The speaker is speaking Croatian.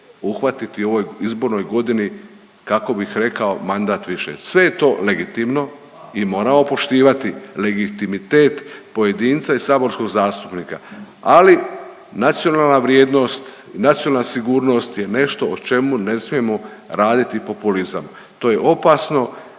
uhvatiti u ovoj izbornoj godini kako bih rekao mandat više. Sve je to legitimno i moramo poštivati legitimitet pojedinca i saborskog zastupnika, ali nacionalna vrijednost, nacionalna sigurnost je nešto o čemu ne smijemo raditi populizam. To je opasno.